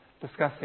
discussing